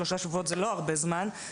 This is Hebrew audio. שלושה שבועות זה לא הרבה זמן,